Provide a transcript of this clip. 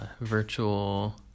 virtual